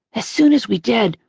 as soon as we did,